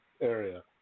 area